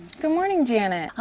good morning, janet.